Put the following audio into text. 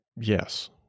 Yes